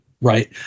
right